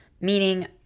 meaning